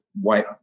white